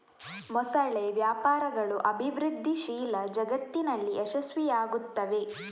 ಮೊಸಳೆ ವ್ಯಾಪಾರಗಳು ಅಭಿವೃದ್ಧಿಶೀಲ ಜಗತ್ತಿನಲ್ಲಿ ಯಶಸ್ವಿಯಾಗುತ್ತವೆ